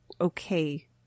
okay